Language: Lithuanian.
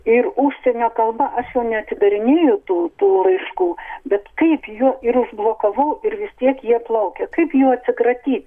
ir užsienio kalba aš jau neatidarinėju tų tų laiškų bet kaip jų ir užblokavau ir vis tiek jie plaukia kaip jų atsikratyt